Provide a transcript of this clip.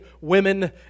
women